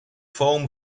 foam